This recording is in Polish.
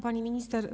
Pani Minister!